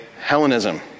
Hellenism